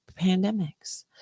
pandemics